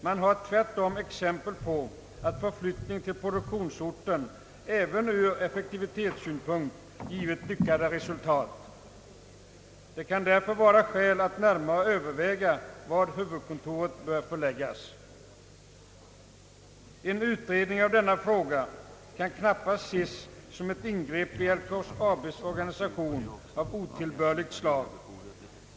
Det finns tvärtom exempel på att en förflyttning till produktionsorten även ur effektivitetssynpunkt har givit lyckade resultat. Det kan därför vara skäl att närmare överväga vart huvudkontoret bör förläggas. En utredning av denna fråga kan knappast anses såsom ett ingrepp av otillbörligt slag i LKAB:s organisation.